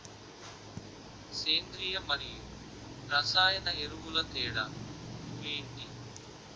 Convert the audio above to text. సేంద్రీయ మరియు రసాయన ఎరువుల తేడా లు ఏంటి?